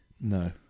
no